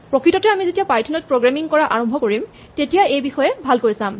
প্ৰকৃততে যেতিয়া আমি পাইথন ত প্ৰগ্ৰেমিং কৰা আৰম্ভ কৰিম তেতিয়া এই বিষয়ে ভালকৈ চাম